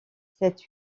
cette